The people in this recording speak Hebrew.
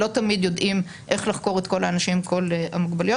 לא תמיד יודעים איך לחקור את כל האנשים עם כל המוגבלויות.